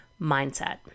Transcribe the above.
mindset